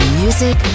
music